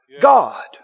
God